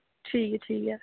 ठीक ऐ ठीक ऐ